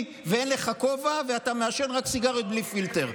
ואין לך כובע ואתה מעשן רק סיגריות בלי פילטר.